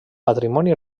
patrimoni